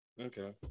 Okay